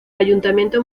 ayuntamiento